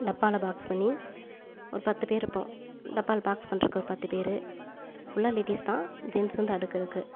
டப்பாவில் பாக்ஸ் பண்ணி ஒரு பத்து பேரிருப்போம் டப்பாவில் பாக்ஸ் பண்ணுறக்கு ஒரு பத்து பேர் ஃபுல்லாக லேடிஸ் தான் ஜென்ட்ஸ் வந்து அடுக்கிறக்கு